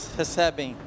recebem